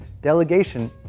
Delegation